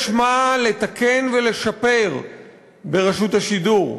יש מה לתקן ולשפר ברשות השידור: